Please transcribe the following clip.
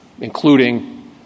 including